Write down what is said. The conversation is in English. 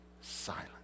silent